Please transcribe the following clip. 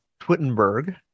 Twittenberg